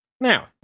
Now